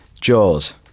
Jaws